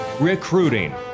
recruiting